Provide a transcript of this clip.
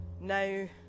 now